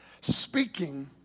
speaking